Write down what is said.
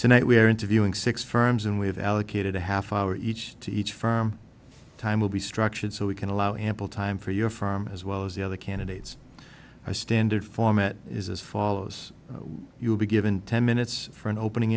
tonight we are interviewing six firms and we have allocated a half hour each to each firm time will be structured so we can allow ample time for your firm as well as the other candidates my standard format is as follows you will be given ten minutes for an opening